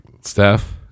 Steph